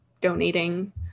donating